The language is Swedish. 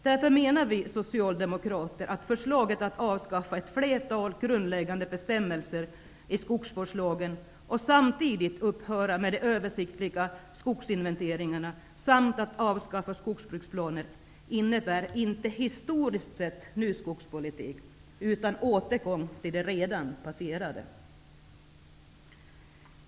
Därför menar vi socialdemokrater att förslaget att avskaffa ett flertal grundläggande bestämmelser i skogsvårdslagen och samtidigt upphöra med de översiktliga skogsinventeringarna och avskaffa skogsbruksplaner inte historiskt sett innebär ny skogspolitik utan återgång till det redan passerade.